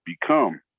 become